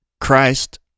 Christ